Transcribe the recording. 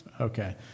Okay